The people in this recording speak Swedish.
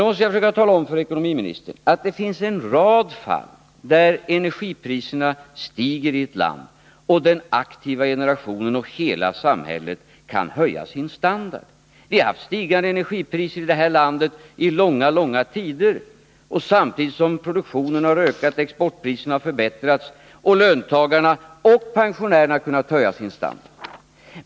Då måste jag försöka tala om för ekonomiministern att det finns en rad exempel på att energipriserna stiger i ett land och den aktiva generationen och hela samhället kan höja sin standard. Vi har haft stigande energipriser i vårt land under långa, långa tider samtidigt som produktionen har ökat, exportpriserna har förbättrats och löntagarna och pensionärerna har kunnat höja sin standard.